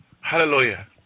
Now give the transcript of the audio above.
Hallelujah